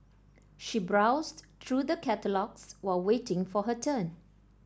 she browsed through the catalogues while waiting for her turn